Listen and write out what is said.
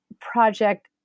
project